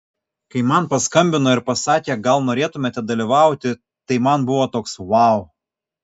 kai man paskambino ir pasakė gal norėtumėte dalyvauti tai man buvo toks vau